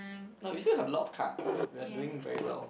no we still have a lot of cards we're doing very well